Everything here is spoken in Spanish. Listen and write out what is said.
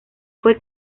fue